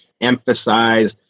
emphasize